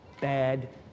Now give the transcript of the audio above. bad